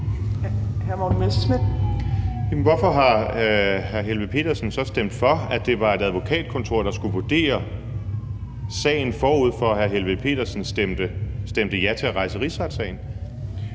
Jamen hvorfor har hr. Rasmus Helveg Petersen så stemt for, at det var et advokatkontor, der skulle vurdere sagen, forud for at hr. Rasmus Helveg Petersen stemte ja til at rejse rigsretssagen